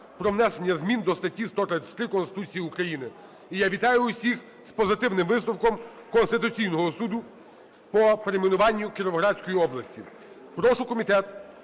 про внесення змін до статті 133 Конституції України. І я вітаю усіх з позитивним висновком Конституційного Суду по перейменуванню Кіровоградської області. Прошу Комітет